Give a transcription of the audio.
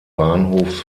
bahnhofs